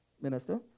minister